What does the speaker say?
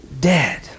dead